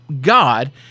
God